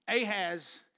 Ahaz